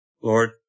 Lord